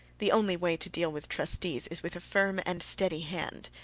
the only way to deal with trustees is with a firm and steady hand.